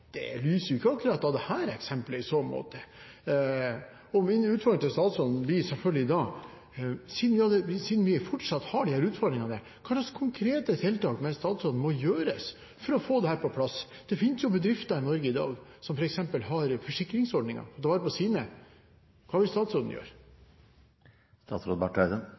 det lyser jo ikke akkurat av dette eksempelet i så måte. Min utfordring til statsråden blir selvfølgelig da: Siden vi fortsatt har disse utfordringene, hvilke konkrete tiltak mener statsråden må gjøres for å få dette på plass? Det finnes jo bedrifter i Norge i dag som f.eks. har forsikringsordninger og tar vare på sine. Hva vil statsråden